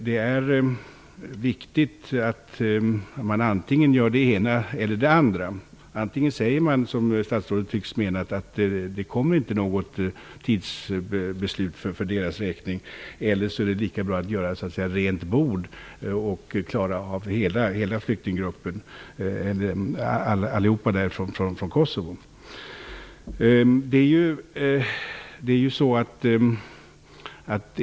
Det är viktigt att man antingen gör det ena eller det andra. Antingen säger man att det inte kommer något tidsbeslut för deras räkning, vilket statsrådet tycks mena, eller så gör man så att säga rent bord och klarar av hela flyktinggruppen från Kososvo.